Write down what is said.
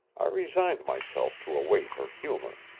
resigned myself to await her humor.